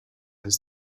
his